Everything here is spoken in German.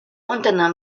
unternahm